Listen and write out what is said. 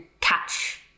catch